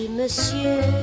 monsieur